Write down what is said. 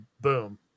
boom